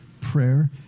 Prayer